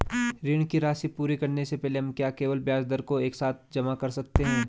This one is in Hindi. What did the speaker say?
ऋण की राशि पूरी करने से पहले हम क्या केवल ब्याज दर को एक साथ जमा कर सकते हैं?